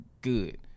good